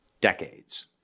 decades